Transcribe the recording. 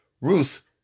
Ruth